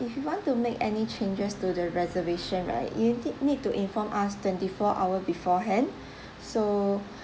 if you want to make any changes to the reservation right you ne~ need to inform us twenty four hour beforehand so